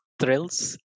thrills